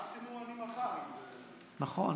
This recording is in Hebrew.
מקסימום אני מחר, אם זה, נכון.